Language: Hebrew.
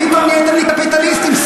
פתאום נהייתם לי קפיטליסטים.